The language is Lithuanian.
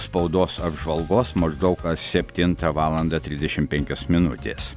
spaudos apžvalgos maždaug septintą valandą trisdešim penkios minutės